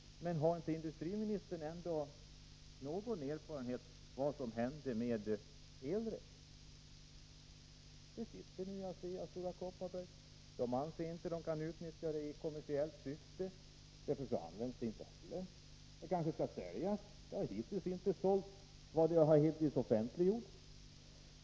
Men har industriministern ingen erfarenhet av vad som hände med Elred? Detta system har man nui ASEA och Stora Kopparberg, men man anser inte att man kan utnyttja det i kommersiellt syfte, och därför används det inte heller. Det kanske skall säljas, men det har hittills inte sålts, enligt vad som offentliggjorts.